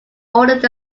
ordered